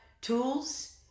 tools